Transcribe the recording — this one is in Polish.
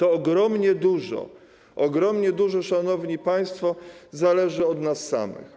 Ogromnie dużo, ogromnie dużo, szanowni państwo, zależy od nas samych.